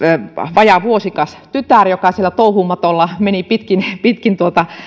vajaa vuosikas tytär joka siellä touhumatolla meni pitkin pitkin